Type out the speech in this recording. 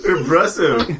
Impressive